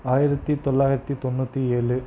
ஆயிரத்தி தொள்ளாயிரத்தி தொண்ணூற்றி ஏழு